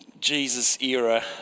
Jesus-era